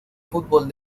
fútbol